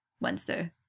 Wednesday